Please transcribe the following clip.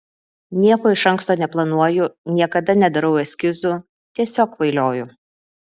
nieko iš anksto neplanuoju niekada nedarau eskizų tiesiog kvailioju